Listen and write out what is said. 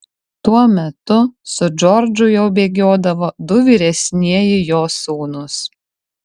tuo metu su džordžu jau bėgiodavo du vyresnieji jo sūnūs